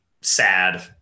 sad